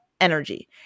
energy